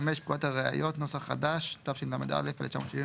פקודת הראיות (נוסח חדש), התשל"א-1971